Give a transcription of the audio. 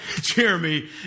Jeremy